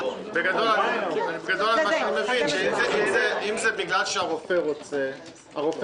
אני מבין שאם הרופא מנוע, אז הסיבה מוצדקת.